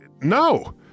No